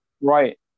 Right